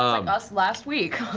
us last week.